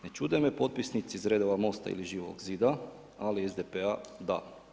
Ne čude me potpisnici iz redova Mosta ili Živog zida ali SDP-a da.